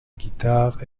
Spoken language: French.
guitare